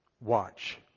Watch